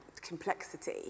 complexity